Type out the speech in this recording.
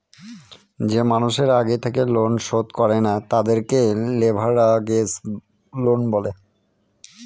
যে মানুষের আগে থেকে লোন শোধ করে না, তাদেরকে লেভেরাগেজ লোন বলে